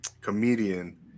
comedian